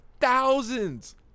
Thousands